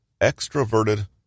extroverted